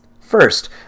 First